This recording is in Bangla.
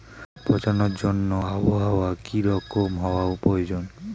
পাট পচানোর জন্য আবহাওয়া কী রকম হওয়ার প্রয়োজন?